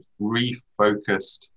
refocused